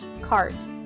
cart